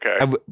Okay